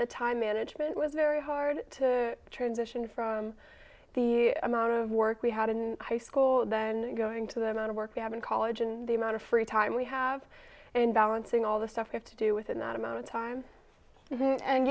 the time management was very hard to transition from the amount of work we had in high school and going to the amount of work we have in college and the amount of free time we have in balancing all the stuff you have to do within that amount of time and